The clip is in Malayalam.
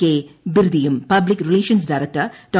കെ ബേർഡിയും പബ്ലിക് റിലേഷൻ ഡയറക്ടർ ഡോ